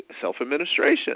self-administration